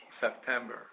September